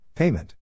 Payment